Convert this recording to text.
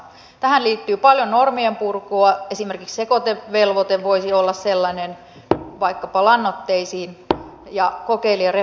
tähän liittyy paljon normien purkua esimerkiksi sekoitevelvoite vaikkapa lannoitteisiin voisi olla sellainen ja kokeilut referenssilaitoksiin